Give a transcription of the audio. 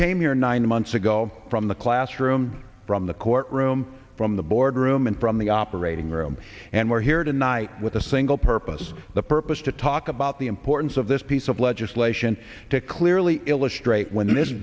came here nine months ago from the classroom from the courtroom from the board room and from the operating room and we're here tonight with a single purpose the purpose to talk about the importance of this piece of legislation to clearly illustrate when this